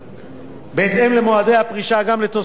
גם לתוספות בשל ההפרשים הרטרואקטיביים,